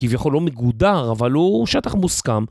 כביכול לא מגודר אבל הוא שטח מוסכם